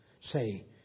Say